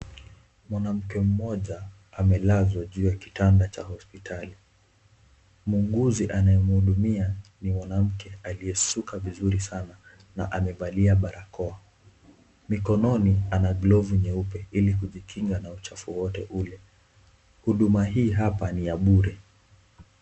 Mwanamke mmoja amelazwa juu ya kitanda cha hospitali, muuguzi anayemhudumia ni mwanamke aliyesuka vizuri sana na amevalia barakoa, mikononi ana glavu nyeupe ili kujikinga kutokana na uchafu wowote ule, huduma hii hapa ni ya bure.